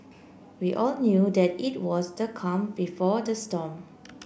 we all knew that it was the calm before the storm